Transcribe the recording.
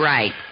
Right